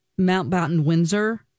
Mountbatten-Windsor